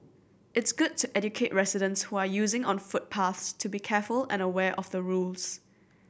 it's good to educate residents who are using on footpaths to be careful and aware of the rules